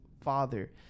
father